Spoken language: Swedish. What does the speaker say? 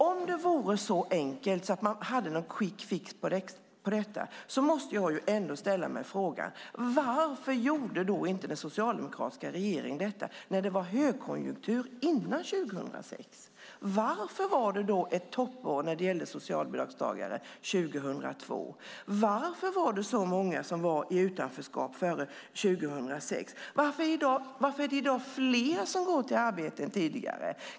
Om det vore så enkelt att man hade någon quick fix för detta måste jag ändå ställa mig frågan: Varför gjorde då inte den socialdemokratiska regeringen detta när det var högkonjunktur före 2006? Varför var det då ett toppår när det gällde socialbidragstagare 2002? Varför var det så många som var i utanförskap före 2006? Varför är det i dag fler som går till arbetet än tidigare?